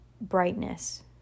brightness